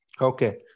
Okay